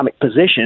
position